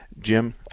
Jim